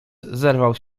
zerwał